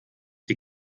die